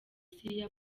syria